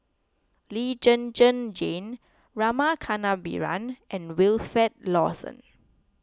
Lee Zhen Zhen Jane Rama Kannabiran and Wilfed Lawson